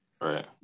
right